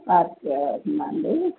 పాతిక వేలు అవుతుందా అండి